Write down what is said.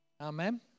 Amen